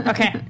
Okay